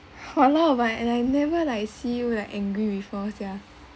!walao! but I I never like see you like angry before sia